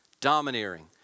domineering